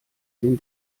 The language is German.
den